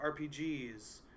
RPGs